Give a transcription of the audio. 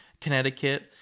Connecticut